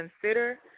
consider